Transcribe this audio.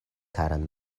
karan